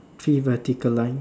three vertical lines